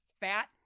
fat